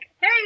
hey